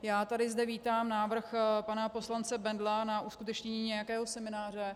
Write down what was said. Já tady vítám návrh pana poslance Bendla na uskutečnění nějakého semináře.